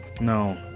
No